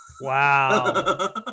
Wow